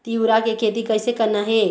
तिऊरा के खेती कइसे करना हे?